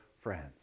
friends